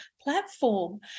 platform